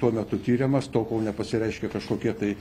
tuo metu tiriamas tol kol nepasireiškė kažkokie tai